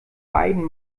beidem